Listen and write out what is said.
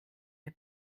der